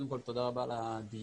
קודם כל תודה רבה על הדיון,